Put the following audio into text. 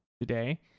today